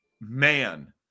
man